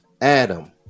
Adam